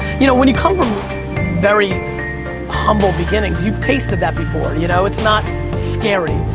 you know when you come from very humble beginnings, you've tasted that before. you know it's not scary.